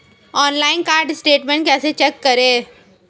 Online card statement कैसे check करें?